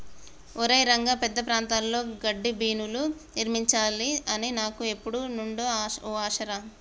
ఒరై రంగ పెద్ద ప్రాంతాల్లో గడ్డిబీనులు నిర్మించాలి అని నాకు ఎప్పుడు నుండో ఓ ఆశ రా